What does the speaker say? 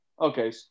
Okay